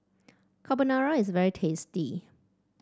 carbonara is very tasty